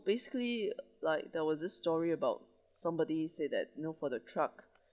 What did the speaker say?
basically like there was this story about somebody say that you know for the truck